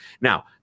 Now